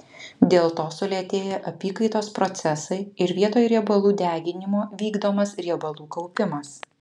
dėl to sulėtėja apykaitos procesai ir vietoj riebalų deginimo vykdomas riebalų kaupimas